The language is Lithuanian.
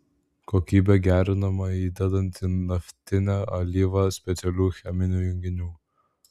kokybė gerinama įdedant į naftinę alyvą specialių cheminių junginių